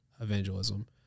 evangelism